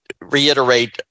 reiterate